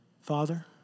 Father